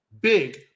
big